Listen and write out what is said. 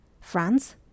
France